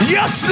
Yes